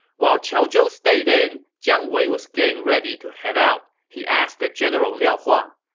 while qiao zhou stayed in, jiang wei was getting ready to head out. he asked the general liao hua,